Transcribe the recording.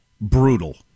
brutal